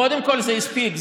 קודם כול זה הספיק,